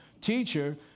Teacher